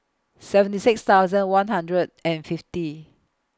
seventy six thousand one hundred and fifty